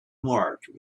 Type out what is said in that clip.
marked